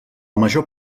major